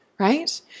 right